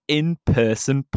in-person